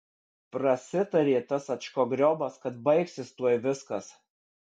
prasitarė tas ačkogriobas kad baigsis tuoj viskas